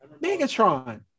Megatron